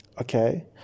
okay